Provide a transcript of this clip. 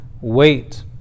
Wait